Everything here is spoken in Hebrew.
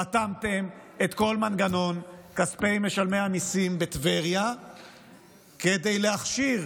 רתמתם את כל מנגנון כספי משלמי המיסים בטבריה כדי להכשיר